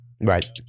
Right